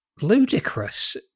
ludicrous